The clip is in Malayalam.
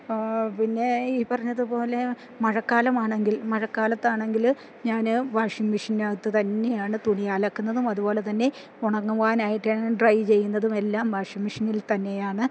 പിന്നെ ഈ പറഞ്ഞതുപോലെ മഴക്കാലമാണെങ്കിൽ മഴക്കാലത്താണെങ്കില് ഞാന് വാഷിംഗ് മെഷീനകത്തു തന്നെയാണ് തുണി അലക്കുന്നതും അതുപോലെ തന്നെ ഉണങ്ങുവാനായിട്ടാൻ ഡ്രൈ ചെയ്യുന്നതും എല്ലാം വാഷിംഗ് മെഷിനിൽ തന്നെയാണ്